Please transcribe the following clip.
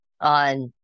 on